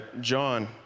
John